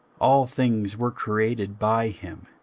all things were created by him,